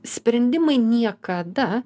sprendimai niekada